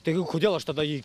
taigi kodėl aš tada jį